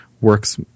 works